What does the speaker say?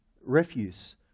refuse